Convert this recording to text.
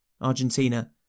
Argentina